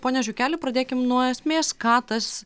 pone žiukeli pradėkim nuo esmės ką tas